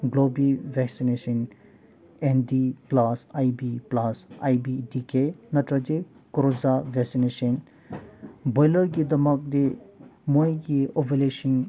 ꯒ꯭ꯂꯣꯕꯤ vaccination anti plus I B plus I B D K ꯅꯠꯇ꯭ꯔꯗꯤ ꯀꯣꯔꯖ꯭ꯌꯥ vaccination ꯕꯣꯏꯂꯔꯒꯤꯗꯃꯛꯇꯤ ꯃꯣꯏꯒꯤ ꯑꯣꯚꯨꯂꯦꯁꯟ